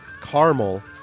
Caramel